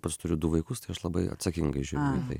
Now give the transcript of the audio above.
pats turiu du vaikus tai aš labai atsakingai žiūriu į tai